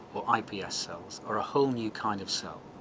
or ips cells, are a whole new kind of cell.